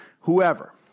whoever